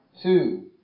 Two